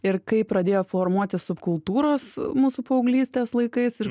ir kaip pradėjo formuotis subkultūros mūsų paauglystės laikais ir